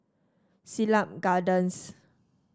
Siglap Gardens